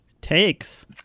takes